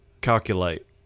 calculate